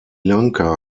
lanka